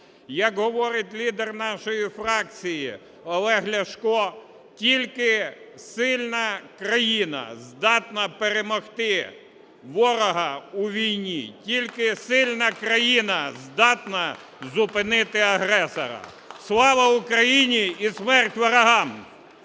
Як говорить лідер нашої фракції Олег Ляшко, тільки сильна країна здатна перемогти ворога у війні, тільки сильна країна здатна зупинити агресора. Слава Україні! І смерть ворогам!